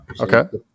Okay